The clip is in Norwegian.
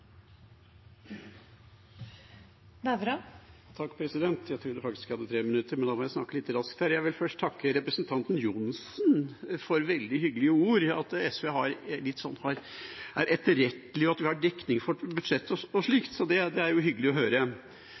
Jeg trodde faktisk jeg hadde tre minutter – da må jeg snakke litt raskt her. Jeg vil først takke representanten Johnsen for veldig hyggelige ord. At SV er etterrettelige, og at vi har dekning for budsjett og slikt, er hyggelig å høre. Hvis jeg skal oppsummere en smule, er det klare skillelinjer når det